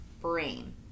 Brain